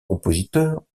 compositeurs